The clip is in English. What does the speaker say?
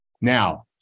Now